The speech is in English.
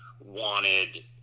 wanted